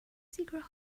secret